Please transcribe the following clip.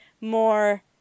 more